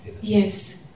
Yes